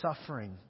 suffering